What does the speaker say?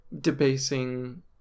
debasing